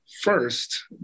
first